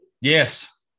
Yes